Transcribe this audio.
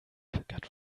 got